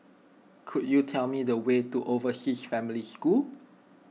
could you tell me the way to Overseas Family School